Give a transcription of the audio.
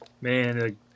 man